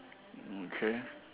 mm K